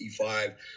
E5